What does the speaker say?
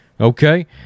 Okay